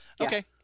Okay